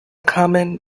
common